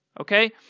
Okay